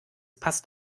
passt